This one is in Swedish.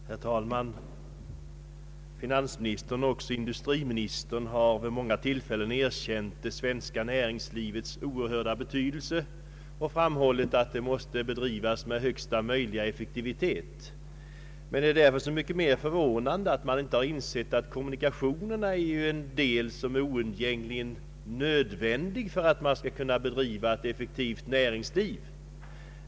Herr talman! Finansministern liksom också industriministern har vid många tillfällen erkänt det svenska näringslivets oerhörda betydelse och framhållit att det måste bedrivas med högsta möjliga effektivitet. Det är därför så mycket mera förvånande att man inte har insett att kommunikationerna är oundgängligen nödvändiga för att få ett effektivt näringsliv.